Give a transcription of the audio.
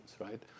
right